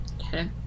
Okay